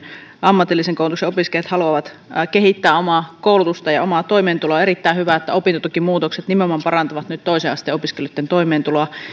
ammatillisen koulutuksen opiskelijat haluavat kehittää omaa koulutustaan ja omaa toimeentuloaan on erittäin hyvä että opintotukimuutokset parantavat nyt nimenomaan toisen asteen opiskelijoitten toimeentuloa